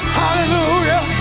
hallelujah